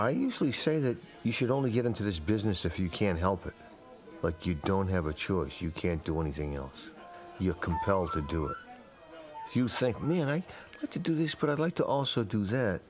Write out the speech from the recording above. i usually say that you should only get into this business if you can help it but you don't have a choice you can't do anything else you're compelled to do it if you think me and i have to do this but i'd like to also do that